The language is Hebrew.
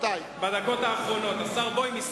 בדקות האחרונות, השר בוים.